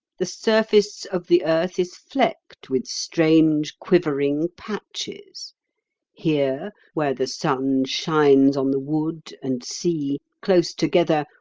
the surface of the earth is flecked with strange quivering patches here, where the sun shines on the wood and sea, close together,